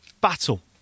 Battle